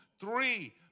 three